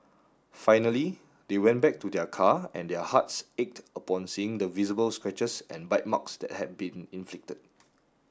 finally they went back to their car and their hearts ached upon seeing the visible scratches and bite marks that had been inflicted